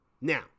Now